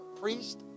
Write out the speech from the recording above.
priest